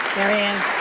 marianne.